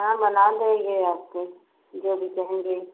हाँ बना देंगे आपको जो भी कहेंगी